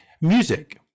music